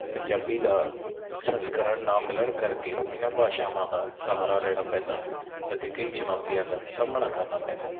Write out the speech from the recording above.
ਪੰਜਾਬੀ ਦਾ ਸੰਸਕਰਨ ਨਾ ਮਿਲਣ ਕਰਕੇ ਇਹਨਾਂ ਭਾਸ਼ਾਵਾਂ ਦਾ ਸਹਾਰਾ ਲੈਣਾ ਪੈਂਦਾ ਹੈ ਅਤੇ ਕਈ ਚੁਣੌਤੀਆਂ ਦਾ ਸਾਹਮਣਾ ਕਰਨਾ ਪੈਂਦਾ ਹੈ